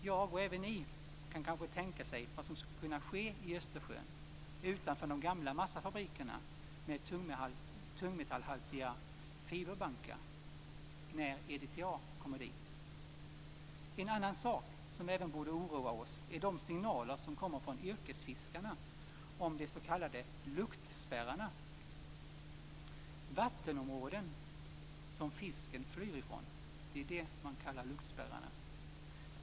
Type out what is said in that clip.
Jag kan tänka mig - det kan säkert även ni - vad som skulle kunna ske i Östersjön utanför de gamla massafabrikerna med tungmetallhaltiga fiberbankar när EDTA kommer dit. En annan sak som även borde oroa oss är de signaler som kommer från yrkesfiskarna om de s.k. luktspärrarna, dvs. vattenområden som fisken flyr ifrån.